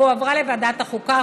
והועברה לוועדת החוקה,